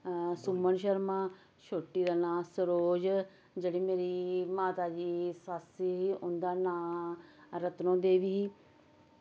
सुम्मन शर्मा छोटी दा नांऽ सरोज जेह्ड़ी मेरी माता जी सस्स ही उं'दा नांऽ रतनो देवी ही